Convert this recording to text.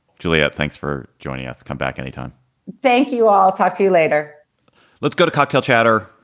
juliette, thanks for joining us. come back any time thank you. i'll talk to you later let's go to cocktail chatter.